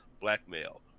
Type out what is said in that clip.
blackmail